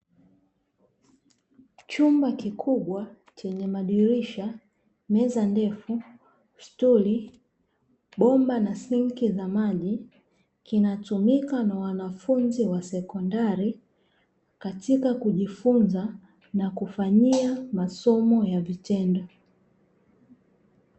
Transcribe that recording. Chumba kikubwa chenye madirisha, meza ndefu, stuli, bomba na sinki za maji kinatumika na wanafunzi wa sekondari, katika kujifunza na kufanyia masomo ya vitendo.